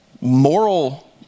moral